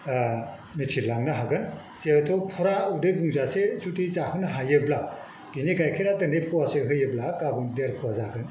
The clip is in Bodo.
मिथिलांनो हागोन जिहेथु फुरा उदै बुंजासे जुदि जाहोनो हायोब्ला बिनि गाइखेरा दिनै पवासे होयोब्ला गाबोन देर पवा जागोन